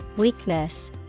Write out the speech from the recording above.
Weakness